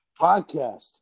podcast